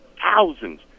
thousands